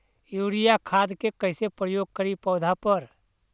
Urea खाद के कैसे प्रयोग करि पौधा पर?